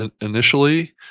initially